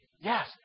Yes